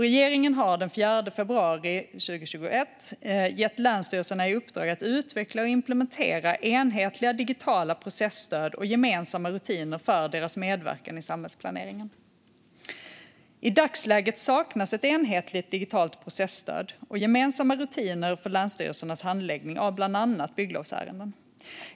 Regeringen har den 4 februari 2021 gett länsstyrelserna i uppdrag att utveckla och implementera enhetliga digitala processtöd och gemensamma rutiner för deras medverkan i samhällsplaneringen. I dagsläget saknas ett enhetligt digitalt processtöd och gemensamma rutiner för länsstyrelsernas handläggning av bland annat bygglovsärenden.